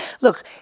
Look